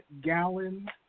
gallon